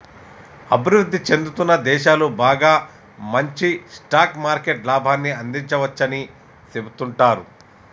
అభివృద్ధి చెందుతున్న దేశాలు బాగా మంచి స్టాక్ మార్కెట్ లాభాన్ని అందించవచ్చని సెబుతుంటారు